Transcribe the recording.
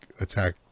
attack